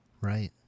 Right